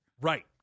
Right